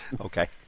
Okay